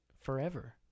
forever